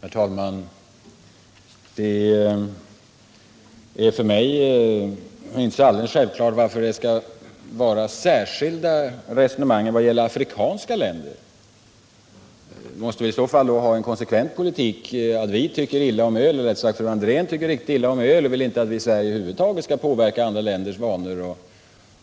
Herr talman! Det är för mig inte helt självklart att det skall föras ett särskilt resonemang om afrikanska länder. Vi måste ha en konsekvent politik. Fru Andrén tycker illa om öl och vill att Sverige inte skall påverka andra länders alkoholvanor